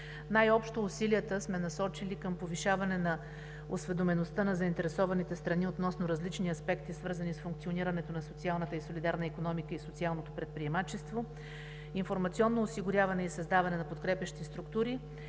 Най-общо – усилията сме насочили към повишаване на осведомеността на заинтересованите страни относно различни аспекти, свързани с функционирането на социалната и солидарна икономика и социалното предприемачество, информационно осигуряване и създаване на подкрепящи структури,